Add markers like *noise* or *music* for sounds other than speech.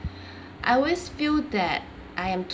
*breath* I always feel that I am